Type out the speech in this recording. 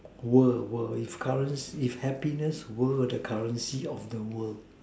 world world if current if happiness were the currency of the world